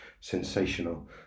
sensational